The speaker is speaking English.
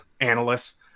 analysts